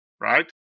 right